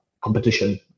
competition